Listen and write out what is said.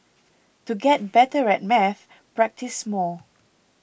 to get better at maths practise more